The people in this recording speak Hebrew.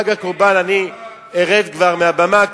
בגלל חג הקורבן אני ארד כבר מהבמה,